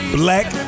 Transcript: black